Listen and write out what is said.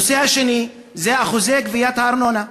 הנושא השני הוא אחוזי גביית הארנונה.